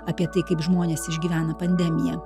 apie tai kaip žmonės išgyvena pandemiją